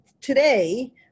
today